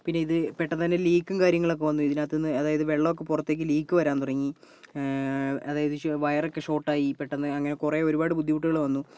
പിന്നെ ഇത് പെട്ടെന്ന് തന്നെ ലീക്ക് കാര്യങ്ങളൊക്കെ വന്നു ഇതിനകത്തു നിന്ന് തന്നെ അതായത് വെള്ളമൊക്കെ പുറത്തേക്ക് ലീക്ക് വരാൻ തുടങ്ങി അതായത് വയറൊക്കെ ഷോട്ടായി പെട്ടെന്ന് അങ്ങനെ കുറെ ഒരുപാട് ബുദ്ധിമുട്ടുകൾ വന്നു